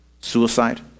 suicide